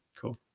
cool